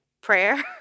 prayer